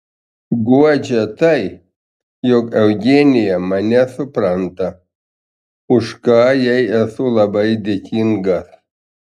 guodžia tai jog eugenija mane supranta už ką jai esu labai dėkingas